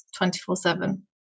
24-7